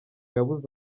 yabuze